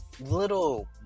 little